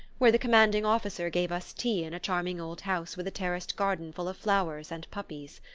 where the commanding officer gave us tea in a charming old house with a terraced garden full of flowers and puppies.